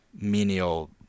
menial